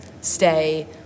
stay